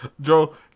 Joe